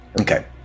Okay